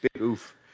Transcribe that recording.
oof